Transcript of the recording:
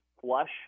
flush